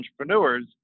entrepreneurs